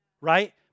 Right